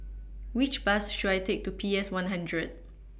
Which Bus should I Take to P S one hundred